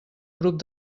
grup